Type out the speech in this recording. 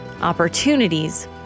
Opportunities